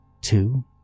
two